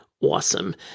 awesome